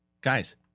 guys